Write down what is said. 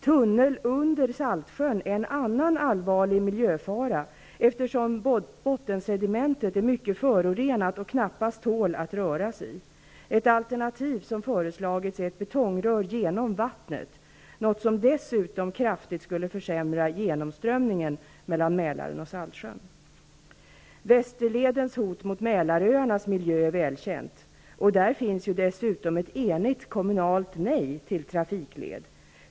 Tunnel under Saltsjön är en annan allvarlig miljöfara, eftersom bottensedimentet är mycket förorenat och knappast tål att röras i. Ett alternativ som föreslagits är ett betongrör genom vattnet, något som dessutom kraftigt skulle försämra genomströmningen mellan Mälaren och Saltsjön. Västerledens hot mot Mälaröarnas miljö är väl känt. Där finns dessutom ett enigt kommunalt nej till trafikled.